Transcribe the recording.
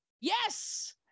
yes